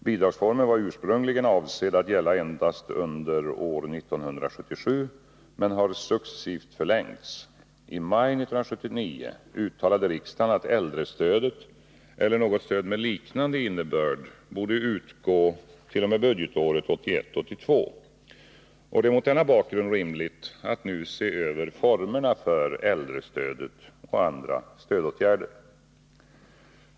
Bidragsformen var ursprungligen avsedd att gälla endast under år 1977, men har successivt förlängts. I maj 1979 uttalade riksdagen att äldrestödet eller något stöd med liknande innebörd borde utgå t.o.m. budgetåret 1981/82. Det är mot denna bakgrund rimligt att nu se över formerna för äldrestödet och andra stödåtgärder.